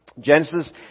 Genesis